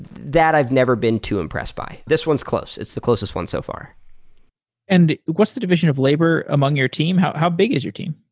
that i've never been too impressed by. this one is close. it's the closest one so far and what's the division of labor among your team? how how big is your team?